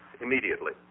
immediately